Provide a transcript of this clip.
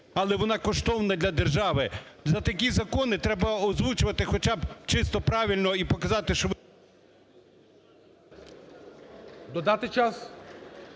але вона коштовна для держави. За такі закони треба озвучувати хоча б чисто правильно і показати, що … ГОЛОВУЮЧИЙ. Додати час?